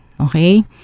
Okay